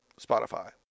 Spotify